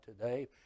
today